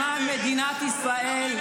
למען מדינת ישראל.